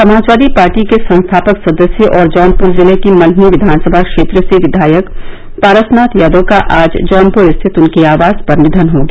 Samajwadi party के संस्थापक सदस्य और जौनपुर जिले की मल्हनी विधानसभा क्षेत्र से विधायक पारस नाथ यादव का आज जौनपुर स्थित उनके आवास पर निधन हो गया